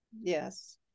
Yes